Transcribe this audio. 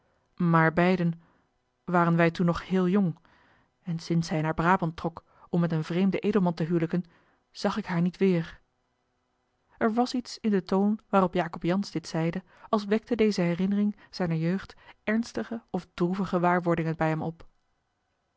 maar beiden waren wij toen nog heel jong en sinds zij naar braband trok om met een vreemden edelman te hijliken zag ik haar niet weêr er was iets in den toon waarop jacob jansz dit zeide als wekte deze herinnering zijner jeugd ernstige of droeve gewaarwordingen bij hem op